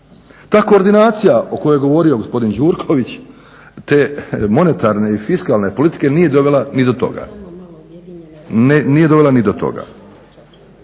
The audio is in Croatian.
ta koordinacija o kojoj je govorio gospodin Gjurković te monetarne i fiskalne politike nije dovela ni do toga,